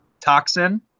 Toxin